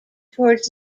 towards